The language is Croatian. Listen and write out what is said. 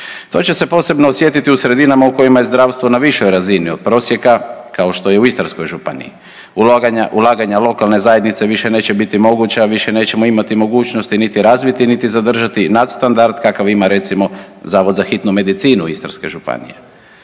To će se posebno osjetiti u sredinama u kojima je zdravstvo na višoj razini od prosjeka kao što je u Istarskoj županiji. Ulaganja lokalne zajednice više neće biti moguća, a više nećemo imati mogućnosti niti razviti, niti zadržati nadstandard kakav ima recimo Zavod za hitnu medicinu Istarske županije.